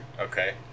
Okay